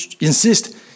insist